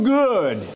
good